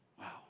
Wow